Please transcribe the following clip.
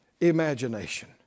imagination